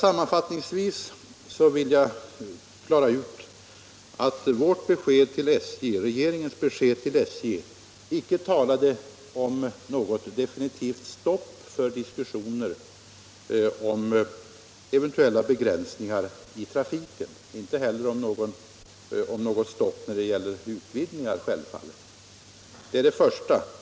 Sammanfattningsvis vill jag anföra att regeringens besked till SJ inte säger något om ett definitivt stopp för diskussioner om begränsningar i trafiken och självfallet inte heller för utvidgningar av den. Det är det första.